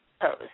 pose